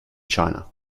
china